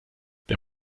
der